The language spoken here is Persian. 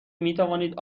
میتوانید